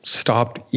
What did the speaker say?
stopped